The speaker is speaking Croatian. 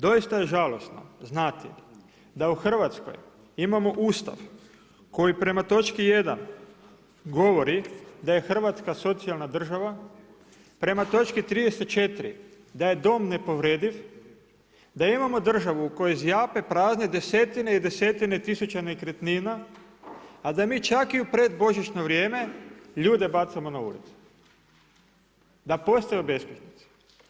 Doista je žalosno znati da u Hrvatskoj imamo Ustav koji prema točki 1 govori da je Hrvatska socijalna država, prema točki 34 da je dom nepovrediv, da imamo državu u kojoj zjape desetine i desetine tisuća nekretnina, a da mi čak i u predbožićno vrijeme ljude bacamo na ulice, da postaju beskućnici.